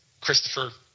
Christopher